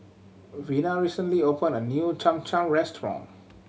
Vina recently opened a new Cham Cham restaurant